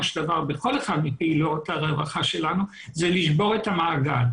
של דבר בכל אחד מפעילויות הרווחה שלנו זה לשבור את המעגל.